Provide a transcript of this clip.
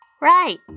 Right